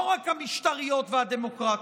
לא רק המשטריות והדמוקרטיות,